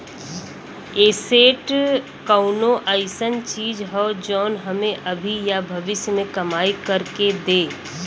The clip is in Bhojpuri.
एसेट कउनो अइसन चीज हौ जौन हमें अभी या भविष्य में कमाई कर के दे